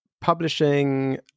publishing